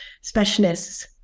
specialists